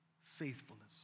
faithfulness